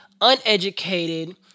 uneducated